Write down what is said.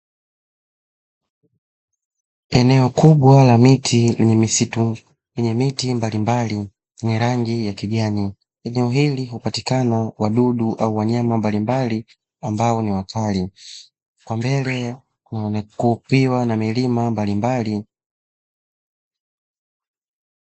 Eneo kubwa la miti lenye misitu yenye miti mbalimbali ni rangi ya kijani eneo hili hupatikana wadudu au wanyama mbalimbali ambao ni wakali kwa mbele kukiwa na milima mbalimbali.